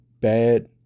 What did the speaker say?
bad